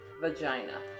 vagina